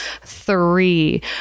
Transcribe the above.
three